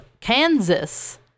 kansas